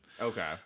Okay